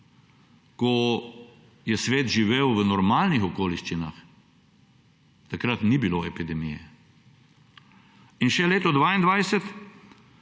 ko je svet živel v normalnih okoliščinah, takrat ni bilo epidemije. Še leto 2022,